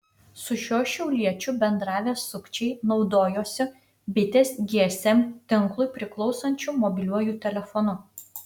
su šiuo šiauliečiu bendravę sukčiai naudojosi bitės gsm tinklui priklausančiu mobiliuoju telefonu